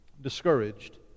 discouraged